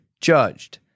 judged